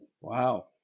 Wow